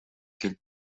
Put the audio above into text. келип